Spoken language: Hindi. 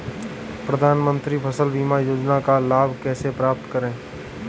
प्रधानमंत्री फसल बीमा योजना का लाभ कैसे प्राप्त करें?